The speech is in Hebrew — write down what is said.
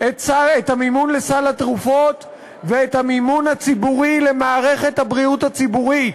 את המימון של סל התרופות ואת המימון הציבורי של מערכת הבריאות הציבורית.